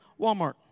Walmart